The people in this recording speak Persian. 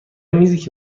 میزی